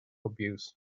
abuse